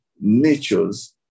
natures